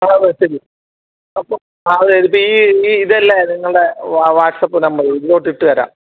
ആ അത് ഈ ഇത് ഇതല്ലേ നിങ്ങളുടെ വാ വാട്ട്സ്ആപ്പ് നമ്പർ ഇതിലോട്ട് ഇട്ട് തരാം